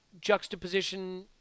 juxtaposition